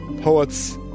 poets